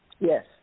Yes